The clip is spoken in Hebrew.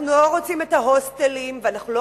אנחנו לא רוצים את ההוסטלים ואנחנו לא